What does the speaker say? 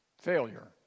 failure